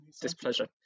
Displeasure